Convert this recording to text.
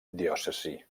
diòcesi